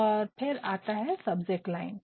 और फिर आता है सब्जेक्ट लाइन